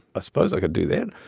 ah suppose i could do that.